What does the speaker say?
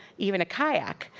even a kayak.